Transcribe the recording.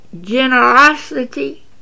generosity